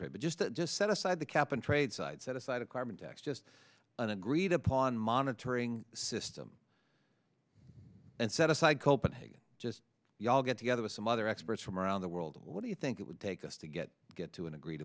trade but just to just set aside the cap and trade side set aside a carbon tax just an agreed upon monitoring system and set aside copenhagen just you all get together with some other experts from around the world what do you think it would take us to get get to an agreed